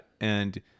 And-